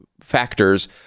factors